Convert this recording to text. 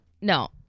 No